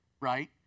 right